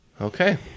Okay